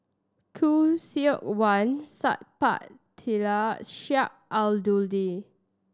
Khoo Seok Wan Sat Pal Khattar Sheik Alau'ddin